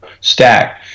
stack